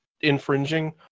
infringing